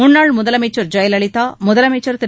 முன்னாள் முதலமைச்சர் ஜெயலலிதா முதலமைச்சர் திரு